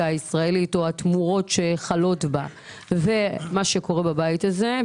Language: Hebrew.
הישראלית או התמורות שחלות בה ומה שקורה בבית הזה,